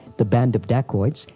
the band of dacoits,